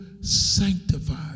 sanctified